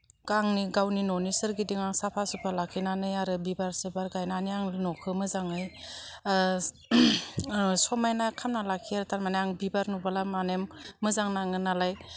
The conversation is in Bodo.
गावनि न'नि सोरगिदिं आं साफा सुफा लाखिनानै आरो बिबार सिबार गायनानै आङो न'खौ मोजाङै समायना खालामना लाखियो थारमाने आं बिबार नुबोला माने मोजां नाङो नालाय